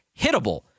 hittable